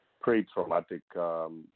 pre-traumatic